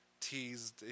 teased